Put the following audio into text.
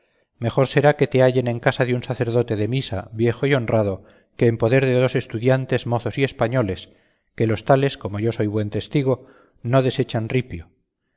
mejor será que te hallen en casa de un sacerdote de misa viejo y honrado que en poder de dos estudiantes mozos y españoles que los tales como yo soy buen testigo no desechan ripio